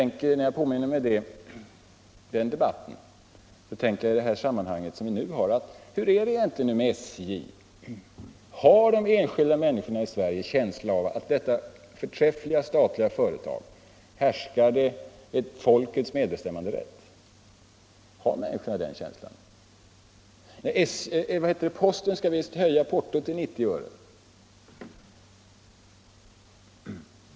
När jag påminner mig den debatten tänker jag: Hur är det nu med SJ? Har de enskilda människorna i Sverige någon känsla av att i detta förträffliga statliga företag härskar folkets medbestämmanderätt? Har människorna den känslan? Posten skall visst höja portot till 90 öre.